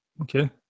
Okay